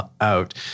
out